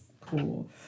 Cool